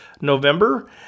November